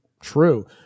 true